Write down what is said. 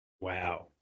Wow